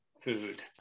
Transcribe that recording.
food